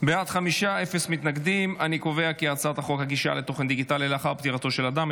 הצעת חוק הגישה לתוכן דיגיטלי לאחר פטירתו של אדם,